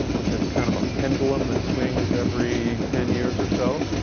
which is kind of a pendulum that swings every ten years or so.